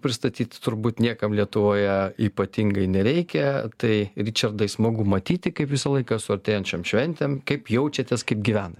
pristatyt turbūt niekam lietuvoje ypatingai nereikia tai ričardai smagu matyti kaip visą laiką su artėjančiom šventėm kaip jaučiatės kaip gyvena